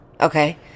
Okay